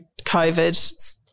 COVID